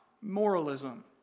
moralism